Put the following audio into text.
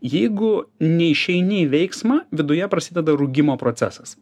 jeigu neišeini į veiksmą viduje prasideda rūgimo procesas